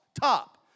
top